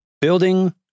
Building